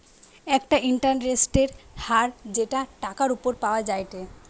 একটা ইন্টারেস্টের হার যেটা টাকার উপর পাওয়া যায়টে